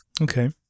Okay